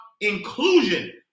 inclusion